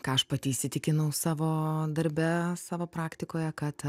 ką aš pati įsitikinau savo darbe savo praktikoje kad